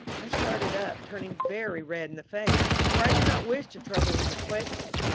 i started up, turning very red in the face, for i did not wish to trouble him with questions,